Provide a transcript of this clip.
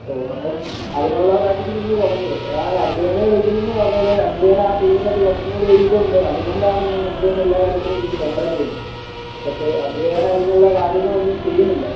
ഓ അപ്പം അതിനുള്ള പ്രാക്ടീസ് നിങ്ങൾ തുടങ്ങിയോ ഞാൻ അഡ്രിയാനെ വിളിക്കുന്നെന്നു പറഞ്ഞാലേ അഡ്രിയാൻ ആ ടീമിനകത്ത് കുറച്ചും കൂടി ഒരിതുണ്ട് അതു കൊണ്ടാണ് ഞാൻ അഡ്രിയാനെ എല്ലാ കാര്യത്തിലും വിളിച്ചു കോണ്ടാക്ട് ചെയ്യുന്നത് പക്ഷെ അഡ്രിയാൻ അതിനുള്ള കാര്യങ്ങളൊന്നും ചെയ്യുന്നില്ല